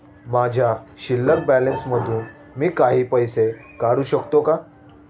माझ्या शिल्लक बॅलन्स मधून मी काही पैसे काढू शकतो का?